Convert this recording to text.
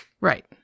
right